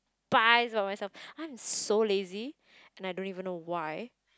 despise of myself I am so lazy and I don't even know why